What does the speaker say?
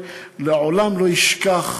לעולם לא ישכח